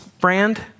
brand